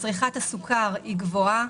צריכת הסוכר היא גבוהה.